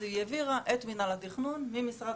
זה שהיא העבירה את מנהל התכנון ממשרד